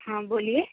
हाँ बोलिए